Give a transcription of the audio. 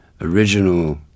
original